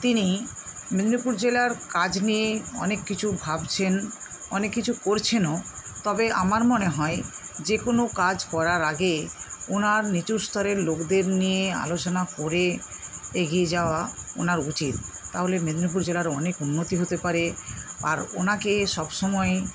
তিনি মেদিনীপুর জেলার কাজ নিয়ে অনেক কিছু ভাবছেন অনেক কিছু করছেনও তবে আমার মনে হয় যেকোনও কাজ করার আগে ওনার নিচু স্তরের লোকদের নিয়ে আলোচনা করে এগিয়ে যাওয়া ওনার উচিত তাহলে মেদিনীপুর জেলার অনেক উন্নতি হতে পারে আর ওনাকে সবসময়